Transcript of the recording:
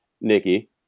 Nikki